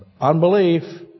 Unbelief